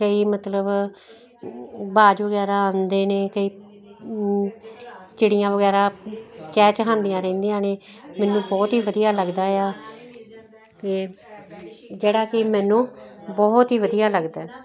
ਕਈ ਮਤਲਬ ਬਾਜ ਵਗੈਰਾ ਆਉਂਦੇ ਨੇ ਕਈ ਚਿੜੀਆਂ ਵਗੈਰਾ ਚਹਿ ਚਹਾਉਂਦੀਆਂ ਰਹਿੰਦੀਆਂ ਨੇ ਮੈਨੂੰ ਬਹੁਤ ਹੀ ਵਧੀਆ ਲੱਗਦਾ ਆ ਅਤੇ ਜਿਹੜਾ ਕਿ ਮੈਨੂੰ ਬਹੁਤ ਹੀ ਵਧੀਆ ਲੱਗਦਾ